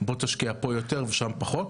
בוא תשקיע פה יותר ושם פחות.